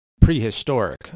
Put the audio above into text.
prehistoric